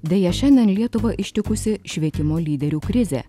deja šiandien lietuvą ištikusi švietimo lyderių krizė